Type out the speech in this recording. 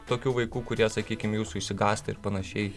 tokių vaikų kurie sakykim jūsų išsigąsta ir panašiai